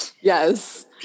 yes